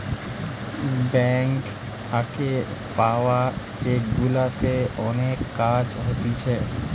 bank থাকে পাওয়া cheque গুলাতে অনেক কাজ হতিছে